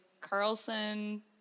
Carlson